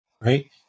Right